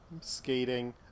Skating